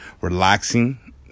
relaxing